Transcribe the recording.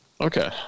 Okay